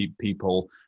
people